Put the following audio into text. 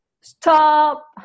stop